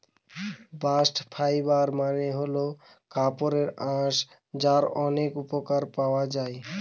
bast fibre মানে হল কাপড়ের আঁশ যার অনেক উপকরণ পাওয়া যায়